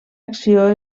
acció